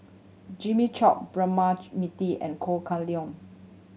Jimmy Chok Braema Mathi and Ho Kah Leong